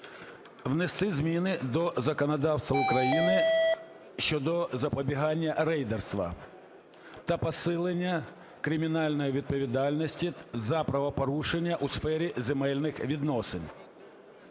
внести зміни до законодавства України щодо запобігання рейдерства та посилення кримінальної відповідальності за правопорушення у сфері земельних відносин.